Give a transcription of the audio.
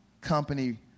company